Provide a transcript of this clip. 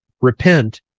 Repent